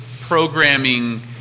programming